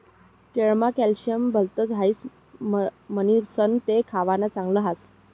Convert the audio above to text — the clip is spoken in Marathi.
केळमा कॅल्शियम भलत ह्रास म्हणीसण ते खावानं चांगल ह्रास